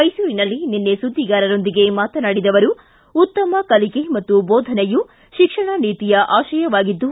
ಮೈಸೂರಿನಲ್ಲಿ ನಿನ್ನೆ ಸುದ್ದಿಗಾರರೊಂದಿಗೆ ಮಾತನಾಡಿದ ಅವರು ಉತ್ತಮ ಕಲಿಕೆ ಮತ್ತು ಬೋಧನೆಯು ಶಿಕ್ಷಣ ನೀತಿಯ ಆಶಯವಾಗಿದ್ದು